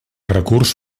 recurs